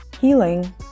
healing